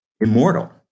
immortal